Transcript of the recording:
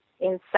inside